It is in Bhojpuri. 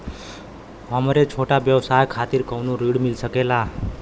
हमरे छोट व्यवसाय खातिर कौनो ऋण मिल सकेला?